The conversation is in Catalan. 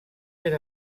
per